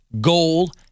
goal